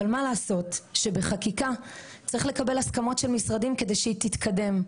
אבל מה לעשות שבחקיקה צריך לקבל הסכמות של משרדים כדי שהיא תתקדם.